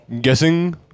guessing